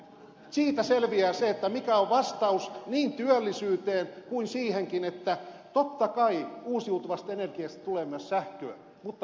siitä selviää se mikä on vastaus työllisyyteen ja sekin että totta kai uusiutuvasta energiasta tulee myös sähköä mutta se ei riitä